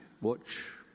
Watch